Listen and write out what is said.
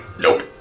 Nope